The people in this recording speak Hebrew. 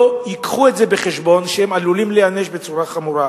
לא יביאו את זה בחשבון שהם עלולים להיענש בצורה חמורה.